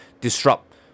disrupt